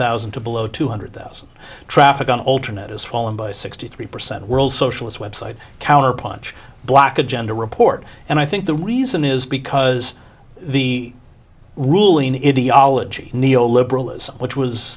thousand to below two hundred thousand traffic on alter net has fallen by sixty three percent world socialist website counterpunch black agenda report and i think the reason is because the ruling idiology neo liberalism which was